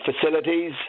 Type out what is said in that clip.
facilities